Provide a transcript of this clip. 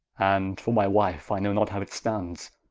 and for my wife, i know not how it stands,